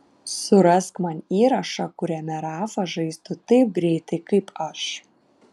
surask man įrašą kuriame rafa žaistų taip greitai kaip aš